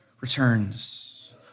returns